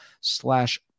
slash